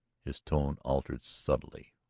his tone altered subtly.